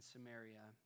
Samaria